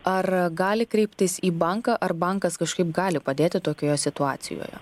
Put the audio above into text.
ar gali kreiptis į banką ar bankas kažkaip gali padėti tokioje situacijoje